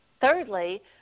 Thirdly